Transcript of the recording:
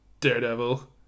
Daredevil